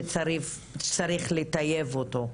שצריך לטייב אותו,